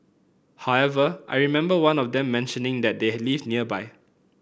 however I remember one of them mentioning that they live nearby